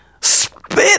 spit